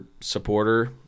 supporter